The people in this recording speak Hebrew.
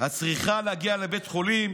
הצריכה להגיע לבית חולים